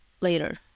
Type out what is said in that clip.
later